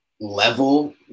level